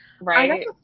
right